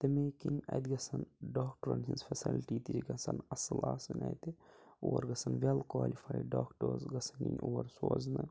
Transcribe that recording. تٔمے کِنۍ اَتہِ گَژھیٚن ڈاکٹرَن ہنٛز فیسَلٹی تہِ گَژھیٚن اصٕل آسٕنۍ اَتہِ اور گَژھیٚن ویٚل کوٚالِفایِڈ ڈاکٹٲرٕس گَژھیٚن یِنۍ اور سوزنہٕ